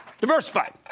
diversified